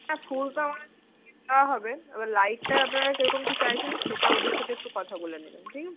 হ্যাঁ ফুল তো দেওয়া হবে এবার লাইটটা আপনারা কীরকম কী চাইছেন সেটা ওদের সাথে একটু কথা বলে নেবেন ঠিক আছে